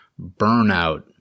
burnout